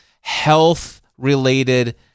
health-related